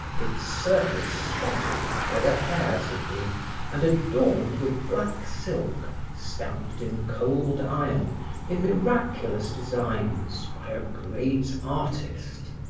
its surface spotted where the hairs had been and adorned with black silk stamped in cold iron in miraculous designs by a great artist.